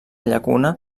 llacuna